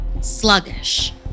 sluggish